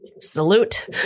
salute